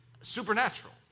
supernatural